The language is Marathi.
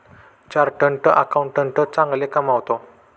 चार्टर्ड अकाउंटंट चांगले कमावतो